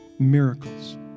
Miracles